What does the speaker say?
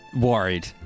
Worried